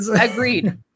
agreed